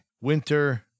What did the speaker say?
Winter